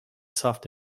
soft